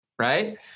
Right